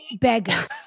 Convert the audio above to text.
beggars